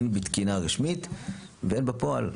הן בתקינה רשמית והן בפועל,